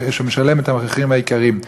שמשלם את המחירים הגבוהים.